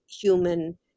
human